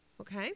Okay